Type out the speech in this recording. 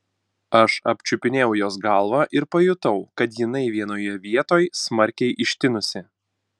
aš apčiupinėjau jos galvą ir pajutau kad jinai vienoje vietoj smarkiai ištinusi